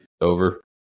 Over